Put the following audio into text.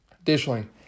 Additionally